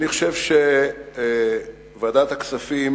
אני חושב שוועדת הכספים